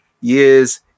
years